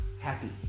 happy